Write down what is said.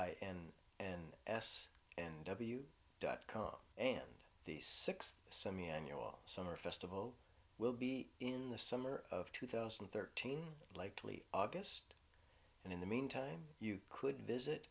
i n and s and w dot com and the sixth semiannual summer festival will be in the summer of two thousand and thirteen likely august and in the meantime you could visit